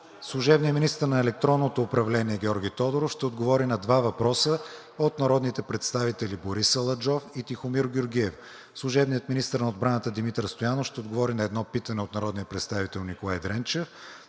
служебният министър на електронното управление Георги Тодоров ще отговори на два въпроса от народните представители Борис Аладжов и Тихомир Георгиев; - служебният министър на отбраната Димитър Стоянов ще отговори на едно питане от народния представител Николай Дренчев;